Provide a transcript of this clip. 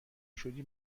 شدی